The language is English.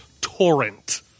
torrent